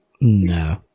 No